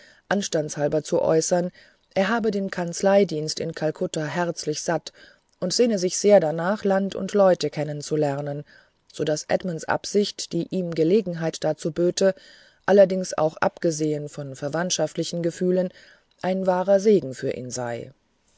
anstandshalber zu äußern er habe den kanzleidienst in kalkutta herzlich satt und sehne sich sehr danach land und leute kennen zu lernen so daß edmunds ankunft die ihm gelegenheit dazu böte allerdings auch abgesehen von verwandtschaftlichen gefühlen ein wahrer segen für ihn sei